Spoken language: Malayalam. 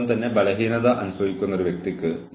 അതിനാൽ ജീവനക്കാർക്ക് സ്വാതന്ത്ര്യമുണ്ട്